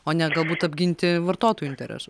o ne galbūt apginti vartotojų interesus